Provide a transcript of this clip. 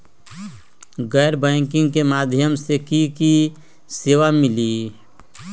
गैर बैंकिंग के माध्यम से की की सेवा मिली?